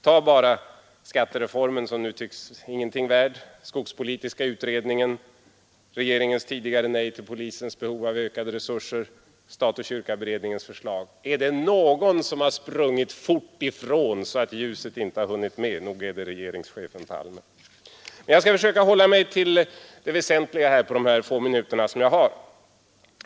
Tag bara skattereformen, som nu inte tycks vara någonting värd, skogspolitiska utredningen, regeringens tidigare nej till polisens behov av ökade resurser, kyrka—stat-beredningens förslag! Är det någon som har sprungit ifrån sina ståndpunkter så fort att ljuset inte har hunnit med, så nog är det regeringschefen Palme. Men jag skall försöka hålla mig till det väsentliga på de få minuter som jag har på mig.